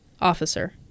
Officer